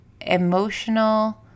emotional